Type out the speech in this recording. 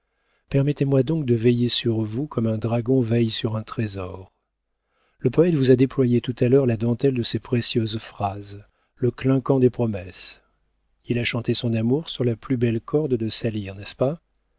permettez-moi donc de veiller sur vous comme un dragon veille sur un trésor le poëte vous a déployé tout à l'heure la dentelle de ses précieuses phrases le clinquant des promesses il a chanté son amour sur la plus belle corde de sa lyre n'est-ce pas